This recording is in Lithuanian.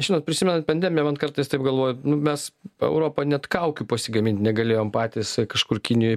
žinot prisimenant pandemiją man kartais taip galvoju nu mes po europą net kaukių pasigamint negalėjom patys kažkur kinijoj